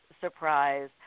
surprise